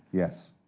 yes.